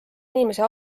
inimese